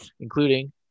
including